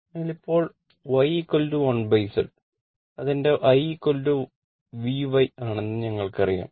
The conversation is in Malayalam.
അതിനാൽ ഇപ്പോൾ Y1Z അത് എന്റെ IY V ആണെന്ന് ഞങ്ങൾക്കറിയാം